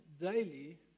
daily